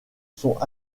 sont